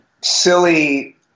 silly